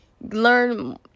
learn